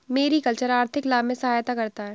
mariculture आर्थिक लाभ में सहायता करता है